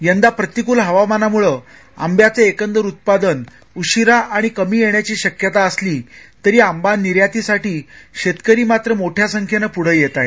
यंदा प्रतिकूल हवामानामुळं आंब्याचं एकंदर उत्पादन उशिरा आणि कमी येण्याची शक्यता असली तरी आंबा निर्यातीसाठी शेतकरी मात्र मोठ्या संख्येनं पुढं येत आहेत